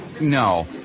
no